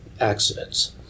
accidents